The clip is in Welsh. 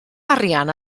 arian